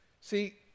See